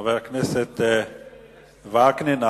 חבר הכנסת וקנין,